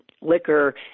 liquor